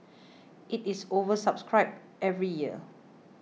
it is oversubscribed every year